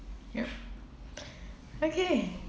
ya okay